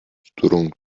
strong